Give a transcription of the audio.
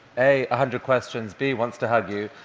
a a hundred questions, b wants to hug you.